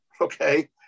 Okay